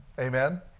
Amen